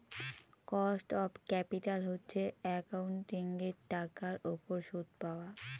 cost of capital হচ্ছে একাউন্টিঙের টাকার উপর সুদ পাওয়া